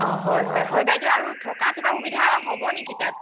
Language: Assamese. অঁ হয় হয় হয় বাইদেউ আৰু থকা কিবা সুবিধা হ'ব নেকি তাত